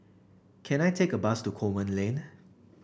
can I take a bus to Coleman Lane